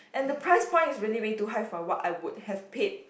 and the price point is really way too high for what I would have paid